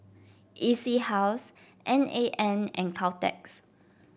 E C House N A N and Caltex